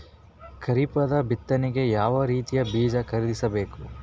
ಖರೀಪದ ಬಿತ್ತನೆಗೆ ಯಾವ್ ರೀತಿಯ ಬೀಜ ಖರೀದಿಸ ಬೇಕು?